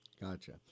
gotcha